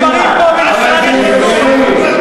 1,500 שקלים.